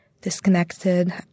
disconnected